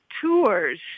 tours